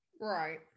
Right